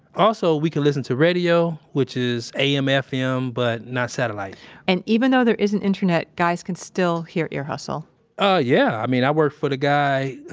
also, we can listen to radio, which is am fm, but not satellite and, even though there isn't internet, guys can still hear ear hustle ah, yeah. i mean, i work for the guy,